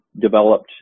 developed